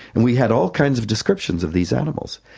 and we had all kinds of descriptions of these animals.